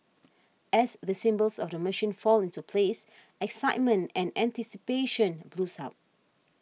as the symbols of the machine fall into place excitement and anticipation builds up